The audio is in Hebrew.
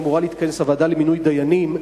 אמורה להתכנס הוועדה למינוי דיינים,